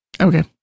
Okay